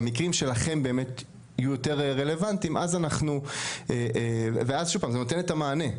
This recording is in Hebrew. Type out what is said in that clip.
המקרים שלכם יהיו יותר רלוונטיים וזה נותן את המענה.